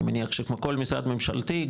אני מניח שכמו כל משרד ממשלתי,